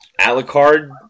Alucard